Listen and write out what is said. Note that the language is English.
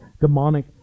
demonic